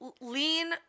lean